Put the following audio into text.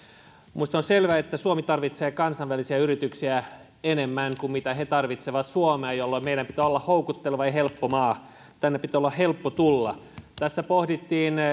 minusta on selvä että suomi tarvitsee kansainvälisiä yrityksiä enemmän kuin he tarvitsevat suomea jolloin meidän pitää olla houkutteleva ja helppo maa tänne pitää olla helppo tulla tässä pohdittiin